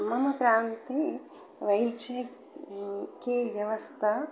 मम प्रान्ते वैद्य कीयव्यवस्था